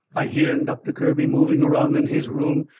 i hearn doctor kirby moving around in his room.